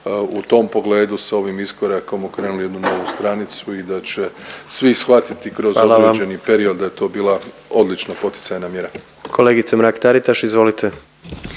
u tom pogledu sa ovim iskorakom okrenuli jednu novu stranicu i da će svi shvatiti kroz određeni period da je to bila odlična poticajna mjera.